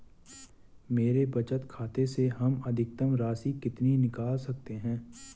मेरे बचत खाते से हम अधिकतम राशि कितनी निकाल सकते हैं?